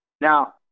Now